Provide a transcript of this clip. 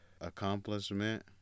accomplishment